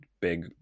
big